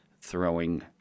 throwing